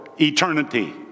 eternity